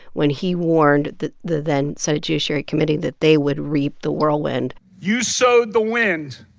when he warned that the then senate judiciary committee that they would reap the whirlwind you sowed the wind